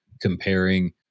comparing